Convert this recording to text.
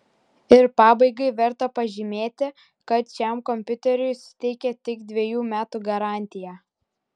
ir pabaigai verta pažymėti kad šiam kompiuteriui suteikia tik dvejų metų garantiją